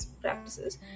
practices